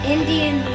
Indian